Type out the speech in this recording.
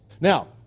Now